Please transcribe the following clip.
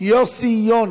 יוסי יונה.